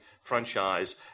franchise